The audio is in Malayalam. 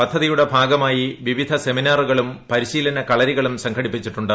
പദ്ധതിയുടെ ഭാഗമായി വിവിധ സെമിനാറുകളും പരിശീലന കളരികളും സംഘടിപ്പിച്ചിട്ടുണ്ട്